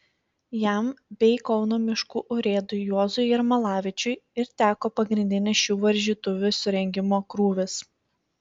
jam bei kauno miškų urėdui juozui jermalavičiui ir teko pagrindinis šių varžytuvių surengimo krūvis